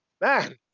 man